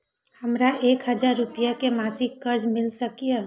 हमरा एक हजार रुपया के मासिक कर्ज मिल सकिय?